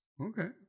okay